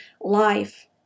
life